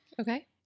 Okay